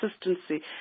consistency